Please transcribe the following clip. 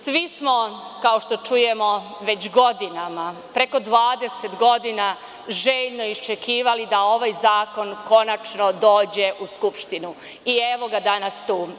Svi smo, kao što čujemo, već godinama, preko 20 godina željno iščekivali da ovaj zakon konačno dođe u Skupštinu i evo ga danas tu.